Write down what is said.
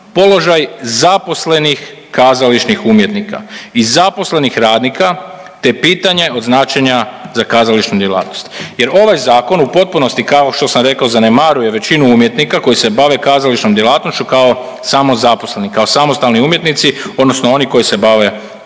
položaj zaposlenih kazališnih umjetnika i zaposlenih radnika te pitanje od značenja za kazališnu djelatnost jer ovaj Zakon u potpunosti kao što sam rekao, zanemaruje većinu umjetnika koji se bave kazališnom djelatnošću kao samozaposleni, kao samostalni umjetnici odnosno oni koji se bave kazališnom djelatnošću.